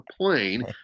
plane